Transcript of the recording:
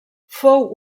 fou